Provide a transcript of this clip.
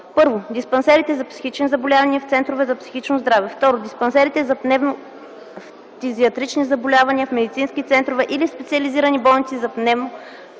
1. диспансерите за психични заболявания – в центрове за психично здраве; 2. диспансерите за пневмо-фтизиатрични заболявания – в медицински центрове или в специализирани болници за пневмо-фтизиатрични заболявания;